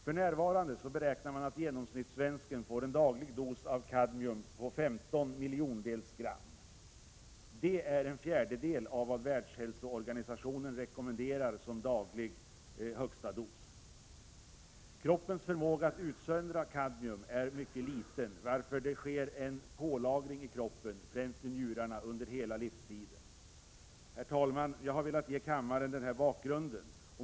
För närvarande beräknar man att genomsnittssvensken får en daglig dos av kadmium på 15 miljondels gram. Det är en fjärdedel av vad Världshälsoorganisationen rekommenderar som daglig högsta dos. Kroppens förmåga att utsöndra kadmium är mycket liten, varför det sker en lagring i kroppen — främst i njurarna — under hela livstiden. Herr talman! Jag har velat ge kammaren denna bakgrund.